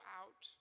out